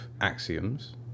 axioms